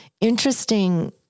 interesting